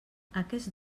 aquests